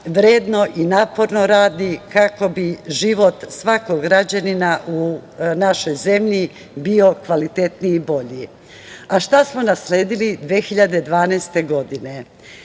vredno i naporno radi kako bi život svakog građanina u našoj zemlji bio kvalitetniji i bolji. Šta smo nasledili 2012. godine?